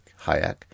Hayek